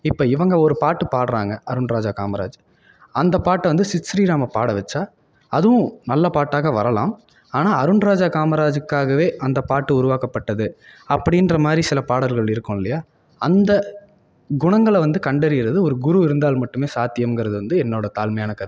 இப்போ இவங்க ஒரு பாட்டு பாடுறாங்க அருண்ராஜா காமராஜ் அந்த பாட்டை வந்து சித் ஸ்ரீராமை பாட வச்சா அதுவும் நல்ல பாட்டாக வரலாம் ஆனால் அருண்ராஜா காமராஜுக்காகவே அந்த பாட்டு உருவாக்கப்பட்டது அப்படின்ற மாதிரி சில பாடல்கள் இருக்கும் இல்லையா அந்த குணங்களை வந்து கண்டறியறது ஒரு குரு இருந்தால் மட்டுமே சாத்தியம்ங்குறது வந்து என்னோட தாழ்மையான கருத்து